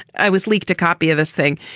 i was leaked a copy of this thing,